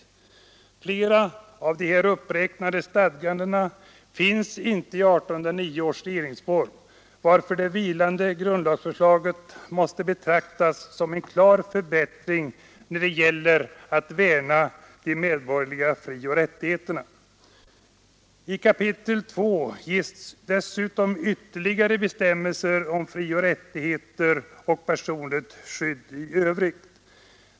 Flera av de här uppräknade stadgandena finns inte i 1809 års regeringsform, varför det vilande grundlagsförslaget måste betraktas som en klar förbättring när det gäller att värna de medborgerliga frioch I kap. 2 ges dessutom ytterligare bestämmelser om frioch rättigheter och personligt skydd i övrigt.